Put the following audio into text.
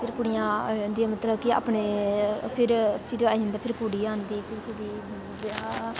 कुड़िया मतलब कि अपने फिर कुड़ी आंदी फिर कुड़़ी ब्याह